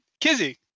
Kizzy